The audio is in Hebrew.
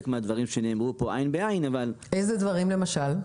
מהדברים שנאמרו פה --- איזה דברים למשל?